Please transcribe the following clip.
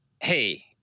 hey